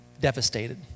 devastated